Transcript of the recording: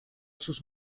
sus